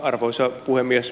arvoisa puhemies